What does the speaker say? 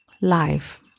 life